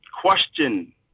question